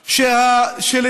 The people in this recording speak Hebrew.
כאן?